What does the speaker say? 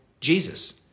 Jesus